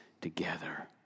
together